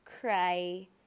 cry